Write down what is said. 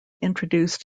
introduced